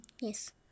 Yes